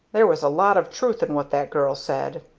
there was a lot of truth in what that girl said!